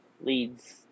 leads